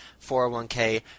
401K